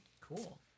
cool